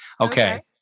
Okay